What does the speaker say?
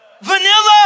Vanilla